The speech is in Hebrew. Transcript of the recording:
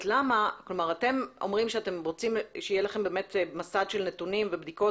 אתם אומרים שאתם רוצים שיהיה לכם מסד של נתונים ובדיקות